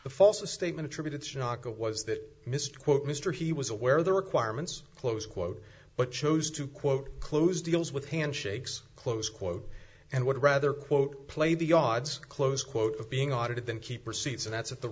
the false statement attributed to was that mr quote mr he was aware of the requirements close quote but chose to quote close deals with handshakes close quote and would rather quote play the odds close quote of being audited than keep receipts and that's at the